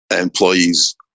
employees